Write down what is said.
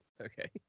Okay